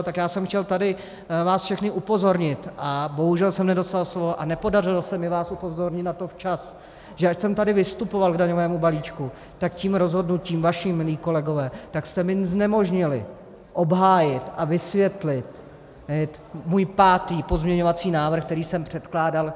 Tak já jsem chtěl tady vás všechny upozornit a bohužel jsem nedostal slovo a nepodařilo se mi vás upozornit na to včas, že ač jsem tady vystupoval k daňovému balíčku, tak tím rozhodnutím, vaším, milí kolegové, jste mi znemožnili obhájit a vysvětlit svůj pátý pozměňovací návrh, který jsem předkládal k daňovému balíčku.